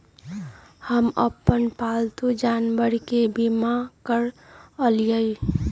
हम अप्पन पालतु जानवर के बीमा करअलिअई